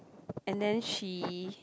and then she